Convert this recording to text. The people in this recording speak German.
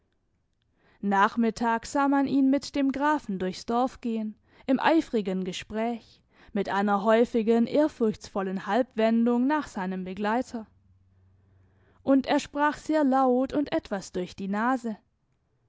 nachmittags sah man ihn mit dem grafen durchs dorf gehen im eifrigen gespräch mit einer häufigen ehrfurchtsvollen halbwendung nach seinem begleiter und er sprach sehr laut und etwas durch die nase